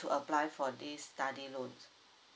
to apply for this study loans